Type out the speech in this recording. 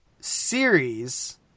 series